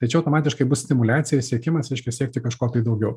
tai čia automatiškai bus stimuliacija siekimas reiškia siekti kažko daugiau